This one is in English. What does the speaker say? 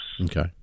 Okay